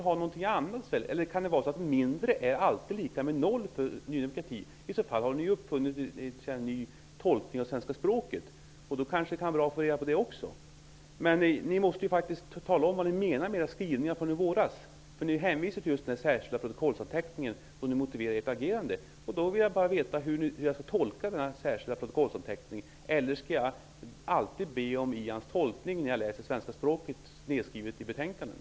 Då måste ni ju ha något annat i stället, eller kan det vara så att mindre alltid är lika med noll för Ny demokrati? I så fall har ni uppfunnit en ny tolkning av svenska språket. Det kan kanske vara bra att få reda på det också. Ni måste faktiskt tala om vad ni menar med era skrivningar från i våras. Ni hänvisar till just den här särskilda protokollsanteckningen när ni motiverar ert agerande. Jag vill bara veta hur jag skall tolka denna särskilda protokollsanteckning. Skall jag alltid be om Ian Wachtmeisters tolkning när jag läser yttranden från er i betänkanden?